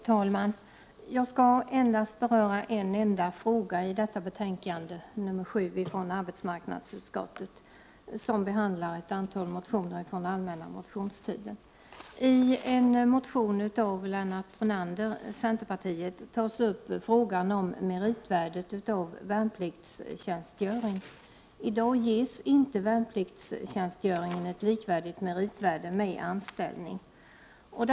Fru talman! Jag skall bara beröra en fråga i arbetsmarknadsutskottets 14 december 1988 betänkande 7. I betänkandet behandlas ett antal motioner från allmänna motionstiden. I en motion av Lennart Brunander, centerpartiet, tas frågan om meritvärdet av värnpliktstjänstgöring upp. I dag ges inte värnpliktstjänstgöringen ett med anställning likvärdigt meritvärde.